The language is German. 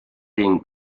den